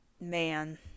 man